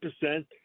percent